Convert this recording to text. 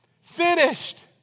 finished